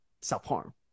self-harm